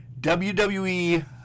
WWE